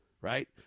right